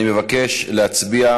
התשע"ח 2017. אני מבקש להצביע.